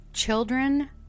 Children